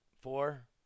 Four